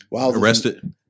arrested